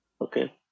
okay